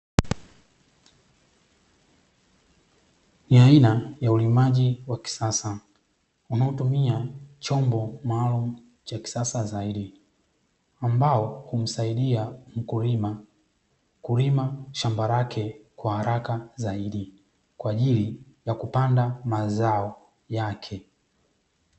Ni aina ya ulimaji wa kisasa, unaotumia chombo maalum cha kisasa zaidi, ambao humsaidia mkulima kulima shamba lake kwa haraka zaidi kwa ajili ya kupanda mazao yake.